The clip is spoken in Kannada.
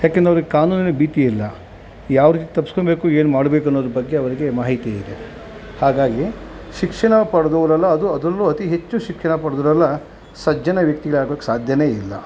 ಯಾಕೆಂದ್ರ್ ಅವ್ರಿಗೆ ಕಾನೂನಿನ ಭೀತಿಯಿಲ್ಲ ಯಾವ ರೀತಿ ತಪ್ಸ್ಕೊಂಬೇಕು ಏನು ಮಾಡಬೇಕು ಅನ್ನೋದ್ರ ಬಗ್ಗೆ ಅವರಿಗೆ ಮಾಹಿತಿ ಇದೆ ಹಾಗಾಗಿ ಶಿಕ್ಷಣ ಪಡ್ದೋರೆಲ್ಲಾ ಅದು ಅದರಲ್ಲೂ ಅತಿ ಹೆಚ್ಚು ಶಿಕ್ಷಣ ಪಡ್ದೋರೆಲ್ಲಾ ಸಜ್ಜನ ವ್ಯಕ್ತಿಗಳಾಗೋಕ್ಕೆ ಸಾಧ್ಯನೆ ಇಲ್ಲ